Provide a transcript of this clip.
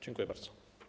Dziękuję bardzo.